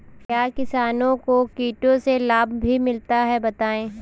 क्या किसानों को कीटों से लाभ भी मिलता है बताएँ?